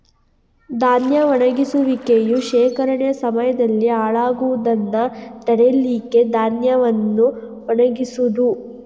ಧಾನ್ಯ ಒಣಗಿಸುವಿಕೆಯು ಶೇಖರಣೆಯ ಸಮಯದಲ್ಲಿ ಹಾಳಾಗುದನ್ನ ತಡೀಲಿಕ್ಕೆ ಧಾನ್ಯವನ್ನ ಒಣಗಿಸುದು